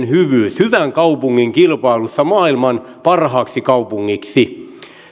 hyvyys hyvän kaupungin kilpailussa maailman parhaaksi kaupungiksi